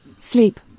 sleep